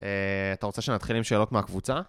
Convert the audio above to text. אתה רוצה שנתחיל עם שאלות מהקבוצה?